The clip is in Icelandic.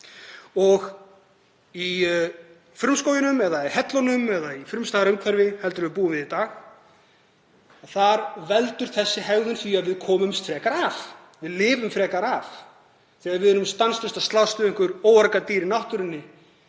Í frumskóginum eða í hellunum eða í frumstæðara umhverfi en við búum í í dag veldur þessi hegðun því að við komumst frekar af. Við lifum frekar af þegar við erum stanslaust að slást við einhver óargadýr í náttúrunni